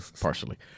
partially